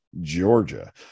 Georgia